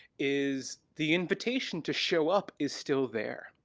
is the invitation to show up is still there,